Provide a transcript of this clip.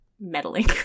meddling